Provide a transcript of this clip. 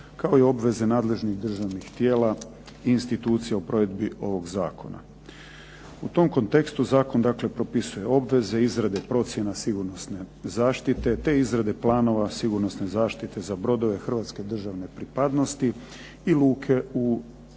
kao i obveze nadležnih državnih tijela, institucija u provedbi ovog zakona. U tom kontekstu zakon dakle propisuje obveze, izrade procjena sigurnosne zaštite, te izrade planova sigurnosne zaštite za brodove hrvatske državne pripadnosti i luke u Republici